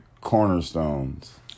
cornerstones